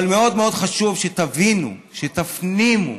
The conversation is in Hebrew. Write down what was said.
אבל מאוד מאוד חשוב שתבינו, שתפנימו,